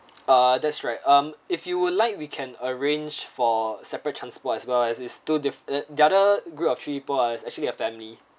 ah that's right um if you would like we can arrange for separate transport as well as it's two different uh the other group of three pepole are actually a family